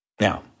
Now